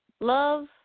Love